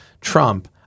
trump